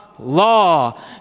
Law